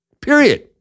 period